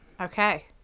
okay